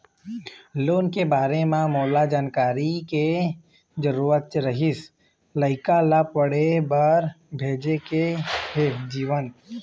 loan के बारे म मोला जानकारी के जरूरत रीहिस, लइका ला पढ़े बार भेजे के हे जीवन